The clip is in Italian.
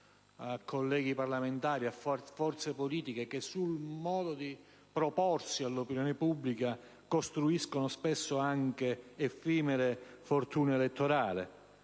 ai colleghi parlamentari e alle forze politiche che su un modo di proporsi all'opinione pubblica costruiscono spesso effimere fortune elettorali.